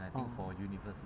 ah